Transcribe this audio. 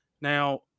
now